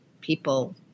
people